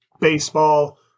baseball